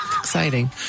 Exciting